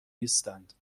نیستند